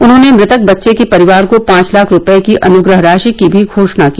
उन्होंने मृतक बच्चे के परिवार को पांच लाख रूपये की अनुग्रह राशि की भी घोषणा की